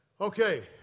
Okay